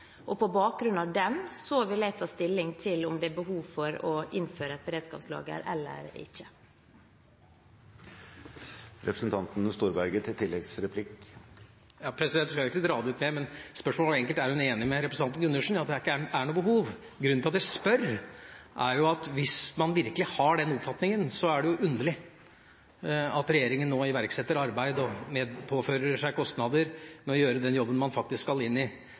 På bakgrunn av den vil jeg ta stilling til om det er behov for å innføre et beredskapslager eller ikke. Jeg skal ikke dra det ut mer, men spørsmålet var egentlig om statsråden er enig med representanten Gundersen i at det ikke er noe behov. Grunnen til at jeg spør, er at hvis man virkelig har den oppfatninga, er det underlig at regjeringa nå iverksetter arbeid og påfører seg kostnader med å gjøre den jobben man faktisk skal inn i.